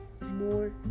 More